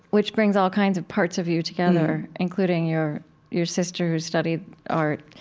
which brings all kinds of parts of you together, including your your sister who studied art,